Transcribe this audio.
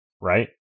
Right